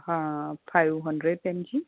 હં five hundred M જી